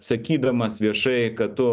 sakydamas viešai kad tu